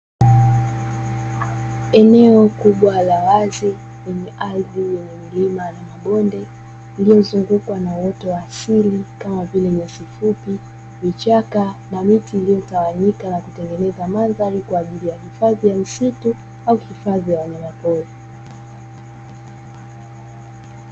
Eneo kubwa la wazi, lenye ardhi yenye milima na mabonde, lililozungukwa na uoto wa asili, kama vile; nyasi fupi, vichaka na miti iliyotawanyika na kutengeneza mandhari kwa ajili ya hifadhi ya misitu au hifadhi ya wanyamapori.